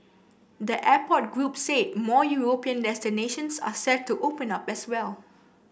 the airport group said more European destinations are set to open up as well